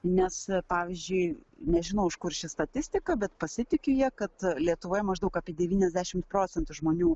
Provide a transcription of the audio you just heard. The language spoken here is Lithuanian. nes pavyzdžiui nežinau iš kur ši statistika bet pasitikiu ja kad lietuvoje maždaug apie devyniasdešim procentų žmonių